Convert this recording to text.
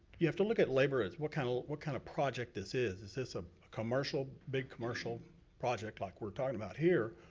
you have to look at labor as what kind of kind of project this is. is this a commercial, big commercial project like we're talkin' about here,